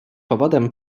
powodem